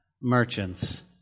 merchants